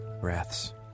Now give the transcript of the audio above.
breaths